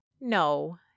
No